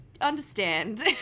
understand